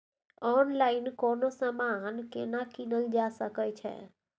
Online कोनो समान केना कीनल जा सकै छै?